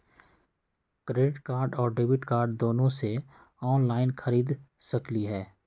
Credit card और debit card दोनों से ऑनलाइन खरीद सकली ह?